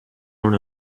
non